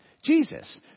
Jesus